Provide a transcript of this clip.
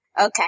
Okay